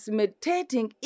meditating